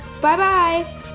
Bye-bye